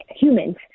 humans